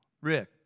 Rick